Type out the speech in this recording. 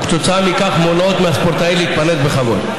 וכתוצאה מכך מונעות מהספורטאי להתפרנס בכבוד.